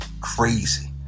crazy